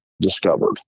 discovered